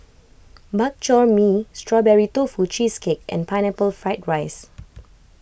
Bak Chor Mee Strawberry Tofu Cheesecake and Pineapple Fried Rice